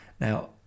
now